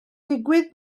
digwydd